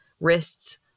wrists